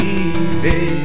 easy